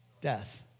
death